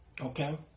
Okay